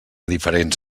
diferents